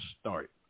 start